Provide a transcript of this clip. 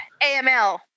AML